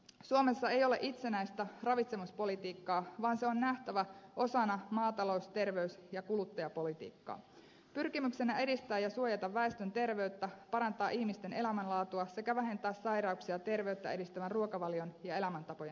suomessa ei ole itsenäistä ravitsemuspolitiikkaa vaan se on nähtävä osana maatalous terveys ja kuluttajapolitiikkaa pyrkimyksenä edistää ja suojata väestön terveyttä parantaa ihmisten elämänlaatua sekä vähentää sairauksia terveyttä edistävän ruokavalion ja elämäntapojen avulla